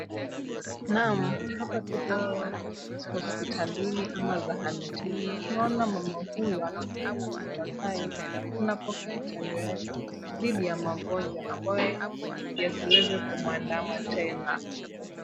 Naam, hapa tupo hospitalini ama zahanatini. Tunaona mama huyu anaonekana anapokea chanjo yake ya pili ya magonjwa hoe yasiweze kumuandama tena.